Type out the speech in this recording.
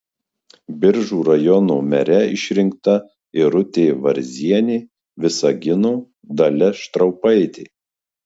biržų rajono mere išrinkta irutė varzienė visagino dalia štraupaitė